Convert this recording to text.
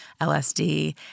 LSD